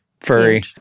furry